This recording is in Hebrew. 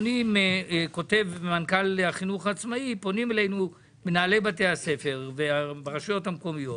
כותב מנכ"ל החינוך העצמאי שפונים אליהם מנהלי בתי הספר והרשויות המקומית